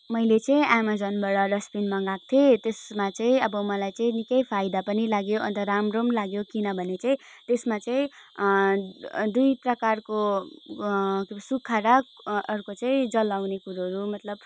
मैले चाहिँ अमेजनबाट डस्टबिन मगाएको थिएँ त्यसमा चाहिँ अब मलाई चाहिँ निकै फाइदा पनि लाग्यो अन्त राम्रो पनि लाग्यो किनभने चाहिँ त्यसमा चाहिँ दुई प्रकारको सुक्खा र अर्को चाहिँ जलाउने कुरोहरू मतलब